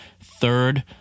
Third